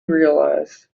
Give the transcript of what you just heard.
realized